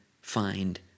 find